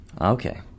Okay